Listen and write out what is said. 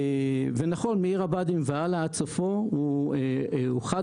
נכון, מעיר הבה"דים והלאה עד סופו הוא חד-מסלולי,